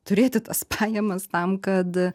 turėti tas pajamas tam kad